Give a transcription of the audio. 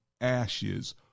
ashes